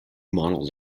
models